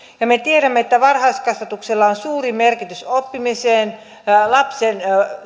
ja me tiedämme että varhaiskasvatuksella on suuri merkitys oppimiselle lapsen